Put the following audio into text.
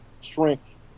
strength